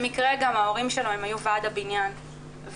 במקרה גם ההורים שלו היו ועד הבניין והם